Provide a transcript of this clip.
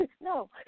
No